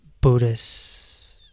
Buddhist